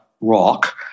rock